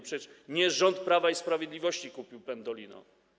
Przecież nie rząd Prawa i Sprawiedliwości kupił pendolino.